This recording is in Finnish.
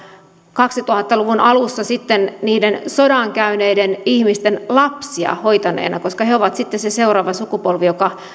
kaksituhatta luvun alussa sitten niiden sodan käyneiden ihmisten lapsia hoitaneena koska he ovat sitten se seuraava sukupolvi joka